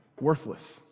worthless